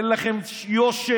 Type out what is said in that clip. אין לכם יושר,